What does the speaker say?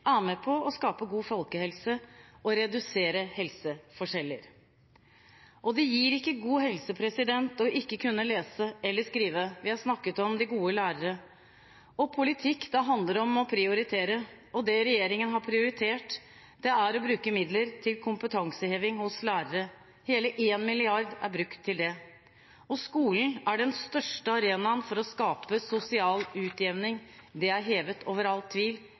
er med på å skape god folkehelse og redusere helseforskjeller, og det gir ikke god helse ikke å kunne lese eller skrive – vi har snakket om de gode lærere. Politikk handler om å prioritere, og det regjeringen har prioritert, er å bruke midler til kompetanseheving hos lærere – hele 1 mrd. kr er brukt til det. Og skolen er den største arenaen for å skape sosial utjevning. Det er hevet over all tvil,